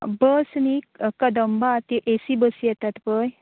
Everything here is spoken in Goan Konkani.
बस न्ही कदंबा ती ए सी बसी येतात पळय